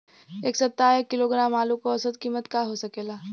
एह सप्ताह एक किलोग्राम आलू क औसत कीमत का हो सकेला?